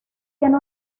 tiene